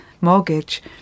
mortgage